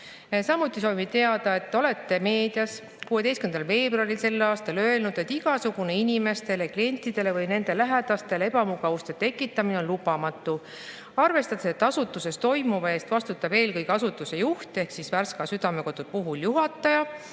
Samuti soovime teada selle kohta, et te meedias 16. veebruaril sellel aastal ütlesite, et igasugune inimestele, klientidele või nende lähedastele ebamugavuse tekitamine on lubamatu. Arvestades, et asutuses toimuva eest vastutab eelkõige asutuse juht ehk Värska Südamekodu puhul juhataja,